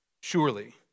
Surely